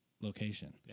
location